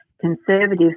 conservative